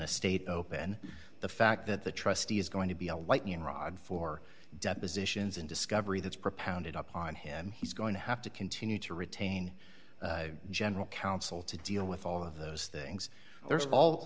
a state open the fact that the trustee is going to be a lightning rod for depositions and discovery that's propounded upon him he's going to have to continue to retain general counsel to deal with all of those things there's all